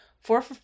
four